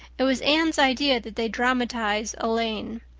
it was anne's idea that they dramatize elaine.